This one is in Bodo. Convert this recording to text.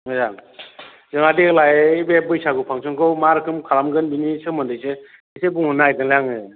मोजां जोंहा देग्लाय बे बैसागु फांसनखौ मा रोखोम खालामगोन बिनि सोमोन्दैसो एसे बुंहरनो नागिरदोंलै आङो